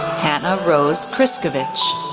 hannah rose kriscovich,